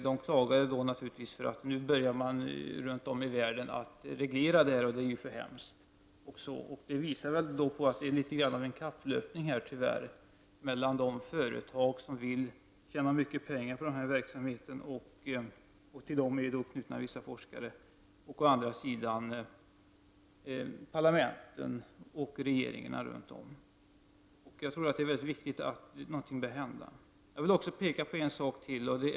De klagade naturligtvis, eftersom man runt om i världen börjar reglera detta område, vilket de tyckte var hemskt. Detta visar väl att det nu pågår något av en kapplöpning, tyvärr, mellan å ena sidan de företag som vill tjäna mycket pengar på verksamheten — och till dessa företag är knutna vissa forskare — och å andra sidan parlament och regeringar i olika länder. Det är viktigt att något verkligen händer. Jag vill också framhålla en annan sak.